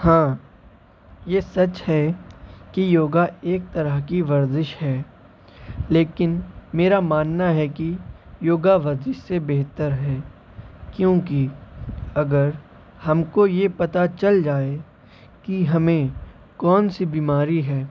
ہاں یہ سچ ہے کہ یوگا ایک طرح کی ورزش ہے لیکن میرا ماننا ہے کہ یوگا ورزش سے بہتر ہے کیوں کہ اگر ہم کو یہ پتہ چل جائے کہ ہمیں کون سی بیماری ہے